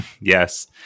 Yes